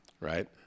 right